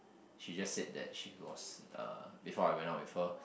she just said that she was uh before I went out with her